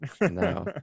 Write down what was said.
No